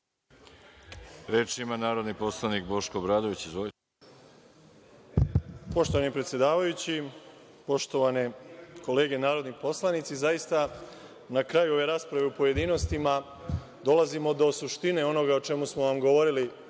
Obradović. Izvolite. **Boško Obradović** Poštovani predsedavajući, poštovane kolege narodni poslanici, zaista na kraju ove rasprave u pojedinostima dolazimo do suštine onoga o čemu smo vam govorili